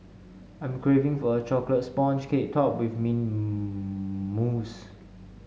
I am craving for a chocolate sponge cake topped with mint mousse